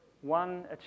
One